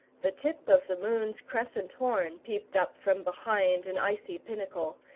the tip of the moon's crescent horn peeped up from behind an icy pinnacle,